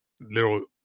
little